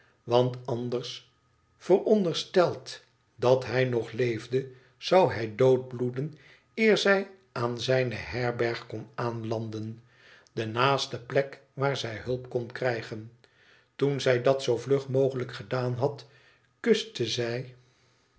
want anders voorondersteld al dat hij nog leefde zou hij doodbloeden eer zij aan zijne herberg kon aanlanden de naaste plek waar zij hulp kon krijgen toen zij dat zoo vlug mogelijk gedaan had kuste zij